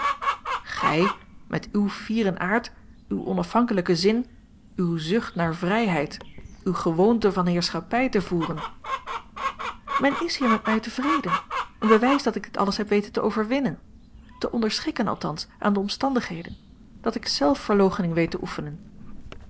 gij met uw fieren aard uw onafhankelijken zin uwe zucht naar vrijheid uwe gewoonte van heerschappij te voeren men is hier met mij tevreden een bewijs dat ik dit alles a l g bosboom-toussaint langs een omweg heb weten te overwinnen te onderschikken althans aan de omstandigheden dat ik zelfverloochening weet te oefenen